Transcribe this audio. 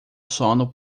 sono